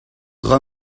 dra